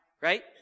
right